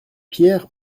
pierre